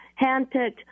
handpicked